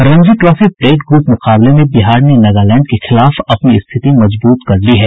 Ranji trophy plate group मुकाबले में बिहार ने नगालैंड के खिलाफ अपनी स्थिति मजबूत कर ली है